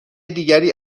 دیگری